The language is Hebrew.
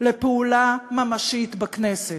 לפעולה ממשית בכנסת.